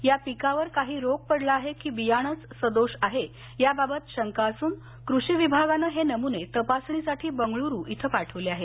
या पिकावर काही रोग पडला आहे की बियाणेच सदोष आहे याबाबत शंका असून कृषी विभागाने हे नमुने तपासणीसाठी बंगळूरू इथ पाठवले आहेत